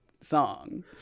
song